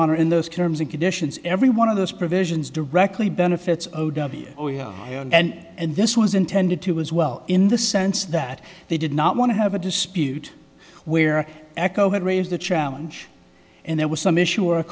honor in those terms and conditions every one of those provisions directly benefits and and this was intended to was well in the sense that they did not want to have a dispute where echo had raised the challenge and there was some issue or a